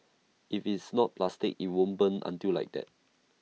if it's not plastic IT won't burn until like that